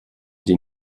die